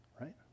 right